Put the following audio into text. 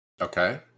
Okay